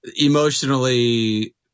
emotionally